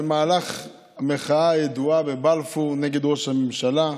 במהלך ההפגנה הידועה בבלפור נגד ראש הממשלה,